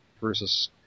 versus